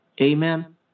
Amen